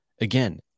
again